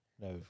No